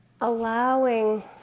allowing